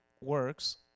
works